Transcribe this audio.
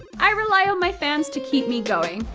i rely on my fans to keep me going.